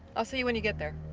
i'll see you when you get there.